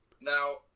Now